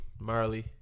Marley